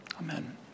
Amen